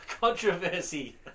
controversy